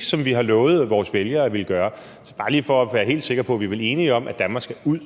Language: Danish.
som vi har lovet vores vælgere at ville gøre. Så jeg skal bare lige for at være helt sikker høre: Vi er vel enige om, at Danmark skal ud